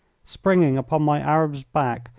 springing upon my arab's back,